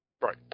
Right